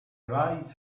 vais